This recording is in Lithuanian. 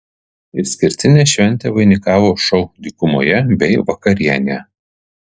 išskirtinę šventę vainikavo šou dykumoje bei vakarienė